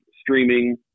streaming